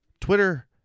Twitter